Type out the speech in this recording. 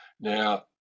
Now